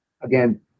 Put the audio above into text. again